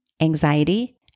anxiety